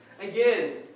Again